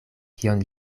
kion